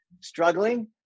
struggling